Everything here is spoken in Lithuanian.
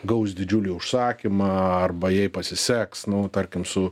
gaus didžiulį užsakymą arba jai pasiseks nu tarkim su